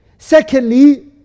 Secondly